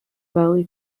valley